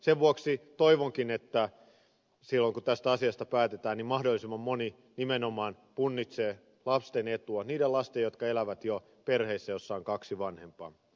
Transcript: sen vuoksi toivonkin että kun tästä asiasta päätetään mahdollisimman moni nimenomaan punnitsee lasten etua niiden lasten jotka elävät jo perheissä joissa on kaksi vanhempaa